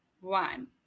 one